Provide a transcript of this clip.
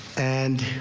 and.